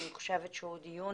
אני חושבת שהוא דיון